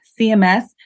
CMS